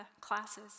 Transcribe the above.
classes